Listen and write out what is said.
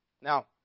Now